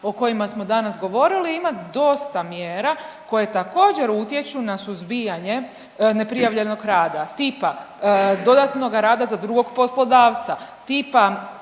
o kojima smo danas govorili ima dosta mjera koje također utječu na suzbijanje neprijavljenog rada tipa dodatnoga rada za drugog poslodavca, tipa